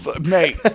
Mate